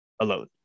alone